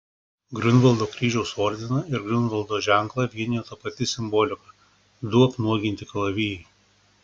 griunvaldo kryžiaus ordiną ir griunvaldo ženklą vienijo ta pati simbolika du apnuoginti kalavijai